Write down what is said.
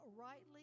rightly